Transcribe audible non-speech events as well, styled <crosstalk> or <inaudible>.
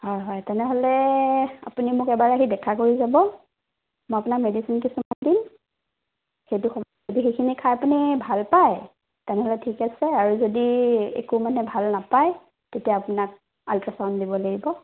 হয় হয় তেনেহ'লে আপুনি মোক এবাৰ আহি দেখা কৰি যাব মই আপোনাক মেডিচিন কিছুমান দিম সেইটো <unintelligible> যদি সেইখিনি খাই পিনি ভাল পাই তেনেহ'লে ঠিক আছে আৰু যদি একো মানে ভাল নাপাই তেতিয়া আপোনাক আল্ট্ৰাচাউণ্ড দিব লাগিব